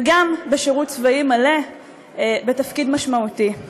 וגם בשירות צבאי מלא בתפקיד משמעותי.